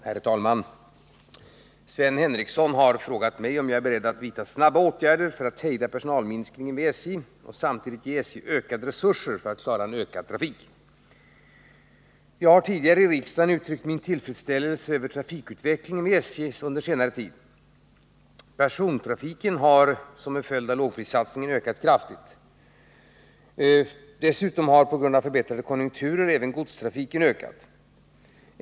Herr talman! Sven Henricsson har frågat mig om jag är beredd att vidta snabba åtgärder för att hejda personalminskningen vid SJ och samtidigt ge SJ ökade resurser för att klara en ökad trafik. Jag har tidigare här i riksdagen uttryckt min tillfredsställelse över trafikutvecklingen vid SJ under senare tid. Persontrafiken har till följd av lågprissatsningen ökat kraftigt. Som en följd av förbättrade konjunkturer har också godstrafiken ökat.